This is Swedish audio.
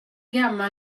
gammal